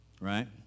right